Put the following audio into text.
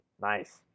Nice